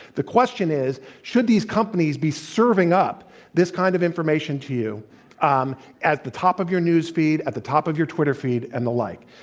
the question is, should these companies be serving up this kind of information to you um at the top of your news feed, at the top of your twitter feed and the like?